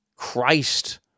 Christ